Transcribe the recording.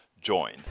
join